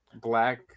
black